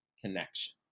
connection